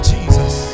Jesus